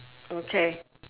okay